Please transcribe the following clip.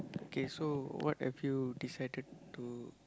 okay so what have you decided to